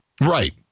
Right